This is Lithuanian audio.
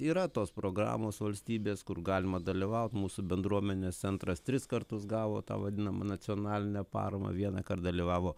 yra tos programos valstybės kur galima dalyvaut mūsų bendruomenės centras tris kartus gavo tą vadinamą nacionalinę paramą vienąkart dalyvavo